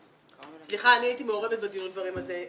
סליחה, אני הייתי בדיון דברים הזה.